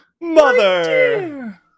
mother